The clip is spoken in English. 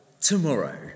tomorrow